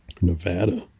Nevada